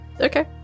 Okay